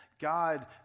God